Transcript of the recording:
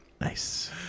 Nice